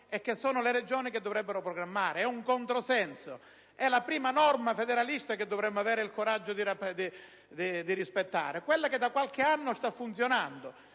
assegnate alle Regioni che dovrebbero programmarle. È un controsenso: è la prima norma federalista che dovremmo avere il coraggio di rispettare, quella che da qualche anno sta funzionando.